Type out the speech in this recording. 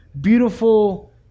beautiful